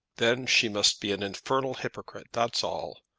then she must be an infernal hypocrite that's all.